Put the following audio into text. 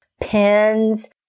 pens